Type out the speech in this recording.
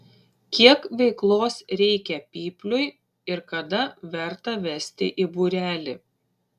kiek veiklos reikia pypliui ir kada verta vesti į būrelį